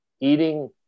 eating